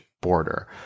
border